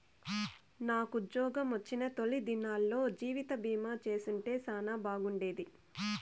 నాకుజ్జోగమొచ్చిన తొలి దినాల్లో జీవితబీమా చేసుంటే సానా బాగుండేది